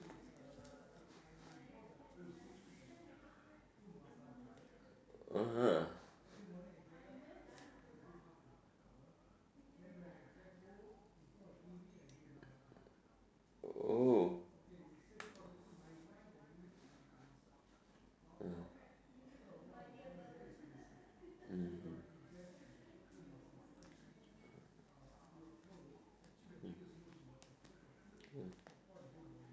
(uh huh) oh mm mmhmm mm